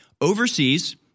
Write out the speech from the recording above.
overseas